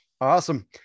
Awesome